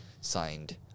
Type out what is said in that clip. signed